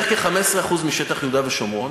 ערביי יהודה ושומרון,